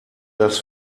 das